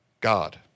God